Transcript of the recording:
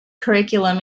curriculum